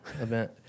event